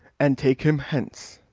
and take him hence.